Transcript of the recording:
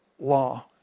law